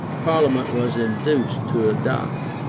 parliament was induced to adopt.